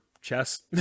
chess